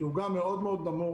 שהוא גם מאוד מאוד נמוך,